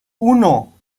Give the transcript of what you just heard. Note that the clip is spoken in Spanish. uno